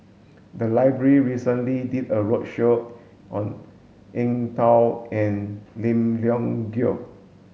the library recently did a roadshow on Eng Tow and Lim Leong Geok